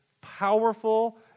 powerful